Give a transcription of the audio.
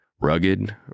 Rugged